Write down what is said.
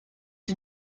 den